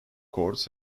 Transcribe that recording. courts